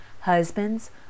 Husbands